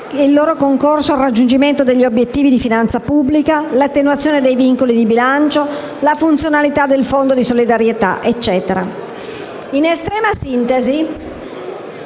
concorse al raggiungimento degli obiettivi di finanza pubblica, l'attenuazione dei vincoli di bilancio, la funzionalità del Fondo di solidarietà comunale, le misure